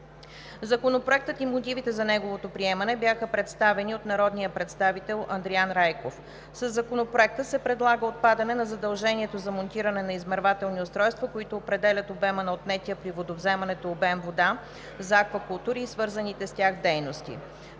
Законопроектът и мотивите за неговото приемане бяха представени от народния представител Андриан Райков. Със Законопроекта се предлага отпадане на задължението за монтиране на измервателни устройства, които определят обема на отнетия при водовземането обем вода за аквакултури и свързаните с тях дейности.